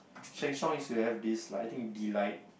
Sheng-Shiong used to this like I think delight